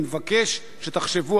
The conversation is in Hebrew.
אני מבקש שתחשבו